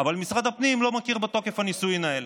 אבל משרד הפנים לא מכיר בתוקף הנישואים האלה.